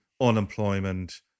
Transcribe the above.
unemployment